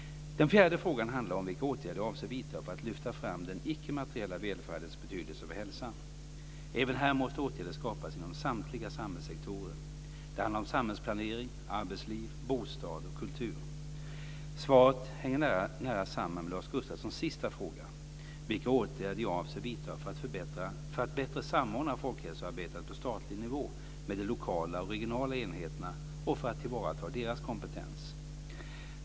Den fjärde frågan handlar om vilka åtgärder jag avser vidta för att lyfta fram den icke materiella välfärdens betydelse för hälsan. Även här måste åtgärder skapas inom samtliga samhällssektorer. Det handlar om samhällsplanering, arbetsliv, bostad och kultur. Svaret hänger nära samman med Lars Gustafssons sista fråga, om vilka åtgärder jag avser vidta för att bättre samordna folkhälsoarbetet på statlig nivå med de lokala och regionala enheterna och för att tillvarata deras kompetens.